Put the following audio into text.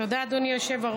תודה רבה, אדוני היושב-ראש.